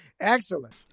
excellent